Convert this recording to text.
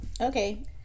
Okay